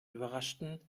überraschten